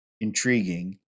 intriguing